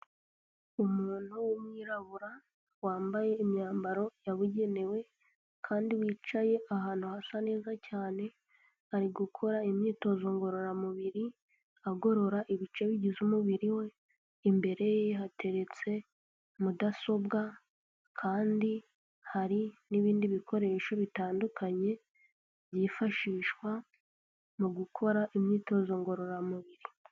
Umuntu w'umwirabura wambaye imyambaro yabugenewe kandi wicaye ahantu hasa neza cyane, ari gukora imyitozo ngororamubiri agorora ibice bigize umubiri we, imbere ye hateretse mudasobwa kandi hari n'ibindi bikoresho bitandukanye byifashishwa mu gukora imyitozo ngororamubiri.